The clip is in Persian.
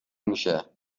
میشه